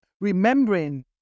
Remembering